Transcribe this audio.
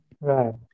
right